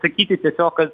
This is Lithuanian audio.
sakyti tiesiog kad